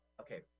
okay